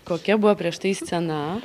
kokia buvo prieš tai scena